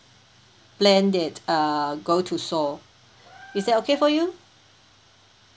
plan that uh go to seoul is that okay for you